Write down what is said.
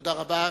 תודה רבה.